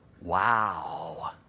Wow